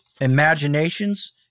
imaginations